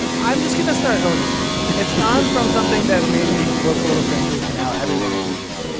i'm just going to start owning it. it's gone from something that made me look a little frangieh to now everyone agrees.